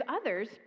others